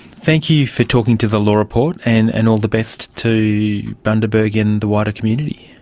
thank you for talking to the law report, and and all the best to bundaberg and the wider community.